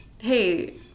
Hey